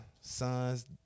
son's